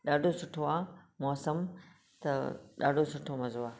ॾाढो सुठो आहे मौसमु त ॾाढो सुठो मज़ो आहे